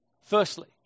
Firstly